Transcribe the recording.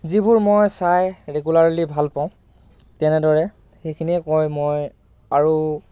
যিবোৰ মই চাই ৰেগুলাৰলি ভাল পাওঁ তেনেদৰে সেইখিনিয়ে কৈ মই আৰু